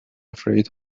afraid